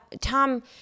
Tom